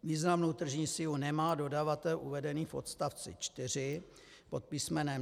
Významnou tržní sílu nemá dodavatel uvedený v odst. 4 pod písm.